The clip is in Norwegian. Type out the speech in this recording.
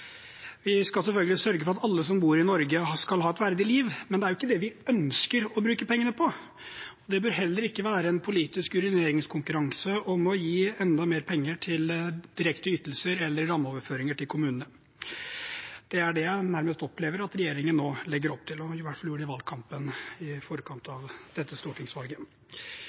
Vi skal selvfølgelig sørge for at alle som bor i Norge, har et verdig liv, men det er jo ikke det vi ønsker å bruke pengene på. Det bør heller ikke være en politisk urineringskonkurranse om å gi enda mer penger til direkte ytelser eller rammeoverføringer til kommunene. Det er det jeg nærmest opplever at regjeringen nå legger opp til, og i hvert fall gjorde i valgkampen i forkant av dette stortingsvalget.